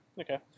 Okay